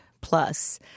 Plus